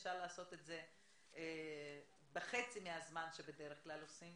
אז אפשר לעשות את זה בחצי מהזמן שבדרך כלל עושים.